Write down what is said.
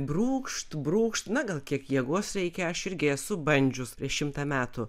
brūkšt brūkšt na gal kiek jėgos reikia aš irgi esu bandžiusi prieš šimtą metų